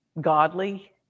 godly